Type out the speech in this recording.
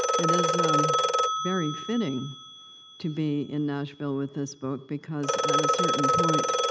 it is um very fitting to be in nashville with this book, because at a certain point,